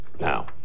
Now